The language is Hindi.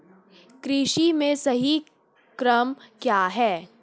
कृषि में सही क्रम क्या है?